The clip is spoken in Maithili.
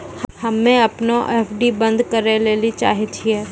हम्मे अपनो एफ.डी बन्द करै ले चाहै छियै